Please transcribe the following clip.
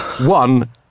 One